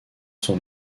sont